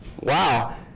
Wow